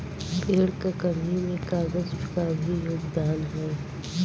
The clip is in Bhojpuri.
पेड़ क कमी में कागज क भी योगदान हौ